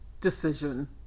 decision